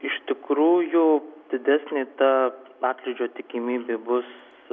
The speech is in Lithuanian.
iš tikrųjų didesnė ta pakričio tikimybė bus